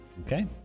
Okay